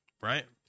Right